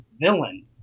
villain